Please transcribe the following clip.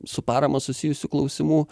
su parama susijusių klausimų